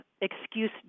excuse